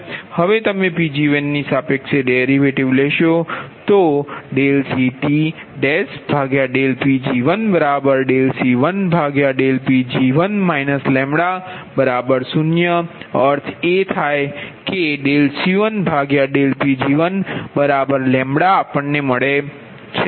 હવે તમે Pg1 ની સાપેક્ષે ડેરિવેટિવ લેશો તો dCTdPg1dC1dPg1 λ0અર્થ એ થાય કેdC1dPg1λ